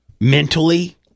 mentally